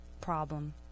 problem